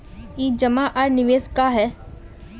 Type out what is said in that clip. ई जमा आर निवेश का है?